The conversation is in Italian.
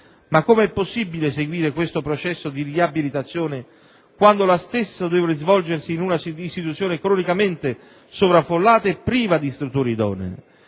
Ma com'è possibile seguire questo processo di riabilitazione, quando la stessa deve svolgersi in una situazione cronicamente sovraffollata e priva di strutture idonee?